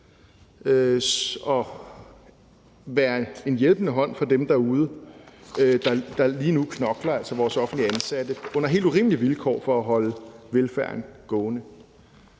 og give en hjælpende hånd til dem derude, der lige nu knokler under helt urimelige vilkår for at holde velfærden gående,